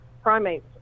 Primates